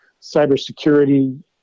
cybersecurity